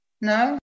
No